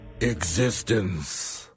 Existence